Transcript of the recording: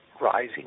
rising